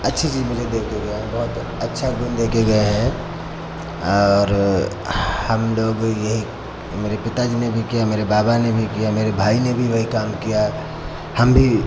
अच्छी चीज मुझे देके गए हैं बहुत अच्छा गुन देके गए हैं और हम लोग यही मेरे पिता जी ने भी किया मेरे बाबा ने भी किया मेरे भाई ने भी वही काम किया हम भी